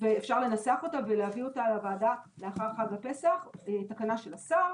אפשר לנסח אותה ולהביא אותה לוועדה לאחר חג הפסח תקנה של השר,